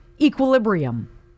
equilibrium